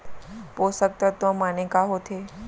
पोसक तत्व माने का होथे?